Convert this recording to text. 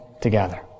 together